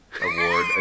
award